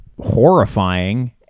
horrifying